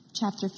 chapter